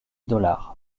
dollar